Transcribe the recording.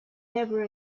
never